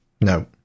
No